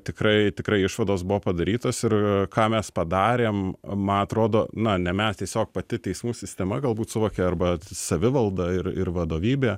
tikrai tikrai išvados buvo padarytos ir ką mes padarėm man atrodo na ne mes tiesiog pati teismų sistema galbūt suvokė arba savivalda ir ir vadovybė